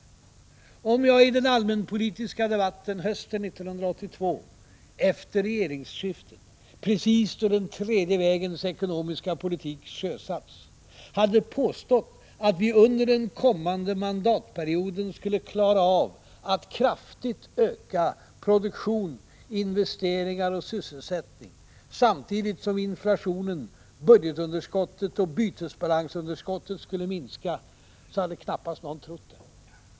Om jag i den allmänpolitiska debatten hösten 1982 —- efter regeringsskiftet, precis då den tredje vägens ekonomiska politik hade sjösatts — hade påstått att vi under den kommande mandatperioden skulle klara av att kraftigt öka produktionen, investeringarna och sysselsättningen samtidigt som inflationen, budgetunderskottet och bytesbalansunderskottet skulle minska, så hade knappast någon trott det.